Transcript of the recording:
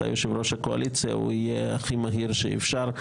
אתה יושב-ראש הקואליציה הוא יהיה הכי מהיר שאפשר,